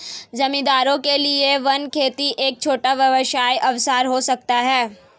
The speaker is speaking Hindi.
जमींदारों के लिए वन खेती एक छोटा व्यवसाय अवसर हो सकता है